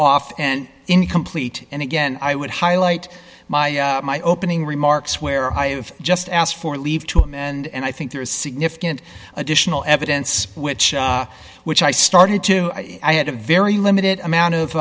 off and incomplete and again i would highlight my my opening remarks where i have just asked for leave to him and i think there is significant additional evidence which which i started to i had a very limited amount of